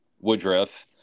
Woodruff